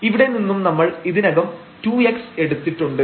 ഇവിടെനിന്നും നമ്മൾ ഇതിനകം 2x എടുത്തിട്ടുണ്ട്